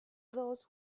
those